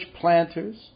planters